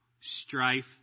strife